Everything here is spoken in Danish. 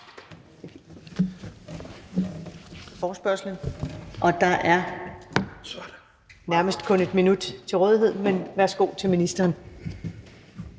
forespørgslen, og der er nærmest kun 1 minut til rådighed. Men værsgo til ministeren.